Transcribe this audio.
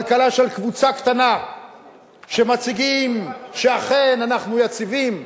כלכלה של קבוצה קטנה שמציגים שאכן אנחנו יציבים,